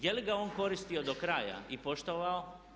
Je li ga on koristio do kraja i poštovao?